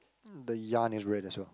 the yarn is red as well